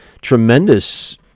tremendous